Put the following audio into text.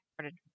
started